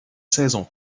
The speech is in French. saison